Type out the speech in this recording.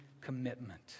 commitment